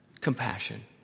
compassion